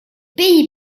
pays